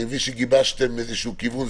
אני מבין שגיבשתם איזשהו כיוון.